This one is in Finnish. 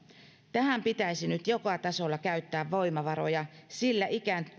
tähän pitäisi nyt joka tasolla käyttää voimavaroja sillä